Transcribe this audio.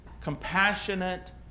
compassionate